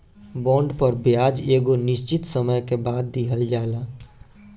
bond पर ब्याज एगो निश्चित समय के बाद दीहल जाला